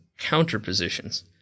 counterpositions